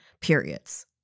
periods